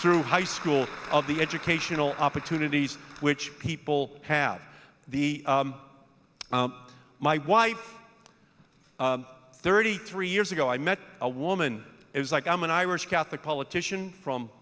through high school of the educational opportunities which people have the my wife thirty three years ago i met a woman is like i'm an irish catholic politician from